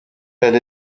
elle